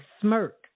smirk